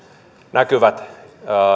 näkyvät